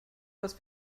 was